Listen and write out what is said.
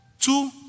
Two